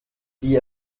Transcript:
die